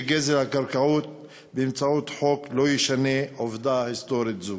וגזל הקרקעות באמצעות חוק לא ישנה עובדה היסטורית זו.